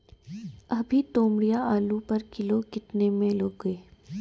अभी तोमड़िया आलू पर किलो कितने में लोगे?